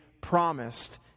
promised